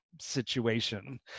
situation